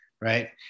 right